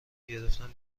گرفتم